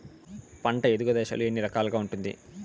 పంట ఎదుగు దశలు ఎన్ని రకాలుగా ఉంటుంది?